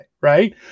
right